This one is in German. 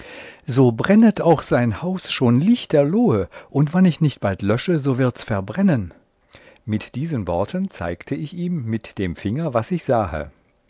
so brennet sein haus auch schon liechterlohe und wann ich nicht bald lösche so wirds verbrennen mit diesen worten zeigte ich ihm mit dem finger was ich sahe